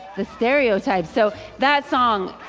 the stereotype so that song.